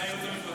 זה מה שאומר